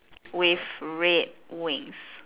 with red wings